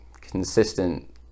consistent